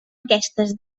aquestes